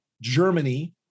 Germany